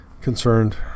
concerned